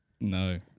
No